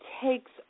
takes